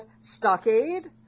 Stockade